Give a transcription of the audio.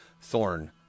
thorn